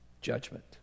judgment